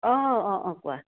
অঁ অঁ অঁ অঁ কোৱা